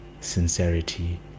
sincerity